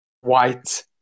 white